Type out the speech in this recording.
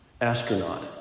astronaut